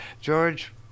George